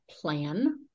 plan